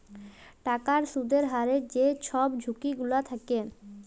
টাকার সুদের হারের যে ছব ঝুঁকি গিলা থ্যাকে